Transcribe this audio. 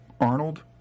Arnold